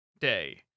day